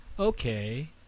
Okay